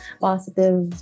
positive